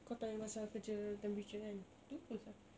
kau tanya pasal kerja temperature kan lupa sia